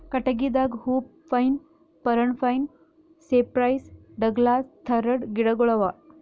ಕಟ್ಟಗಿದಾಗ hoop pine, Parana pine, cypress, Douglas ಥರದ್ ಗಿಡಗೋಳು ಅವಾ